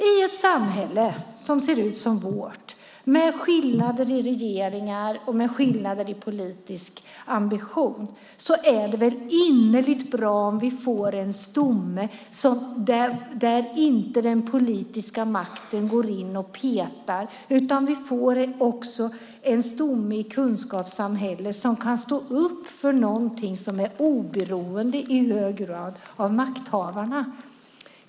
I ett samhälle som vårt med skillnader i regeringar och i politisk ambition är det väl innerligt bra om vi får en stomme innebärande att den politiska makten inte går in och petar, det vill säga att vi får en stomme i kunskapssamhället som kan stå upp för någonting som i hög grad är oberoende av makthavarna.